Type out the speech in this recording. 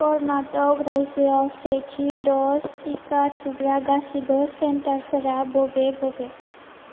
कर्नाटक रायजोआव सेथि द'ज टिका थुग्रा गासिबो सेन्टारफोरा बबे बबे